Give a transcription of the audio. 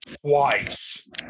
twice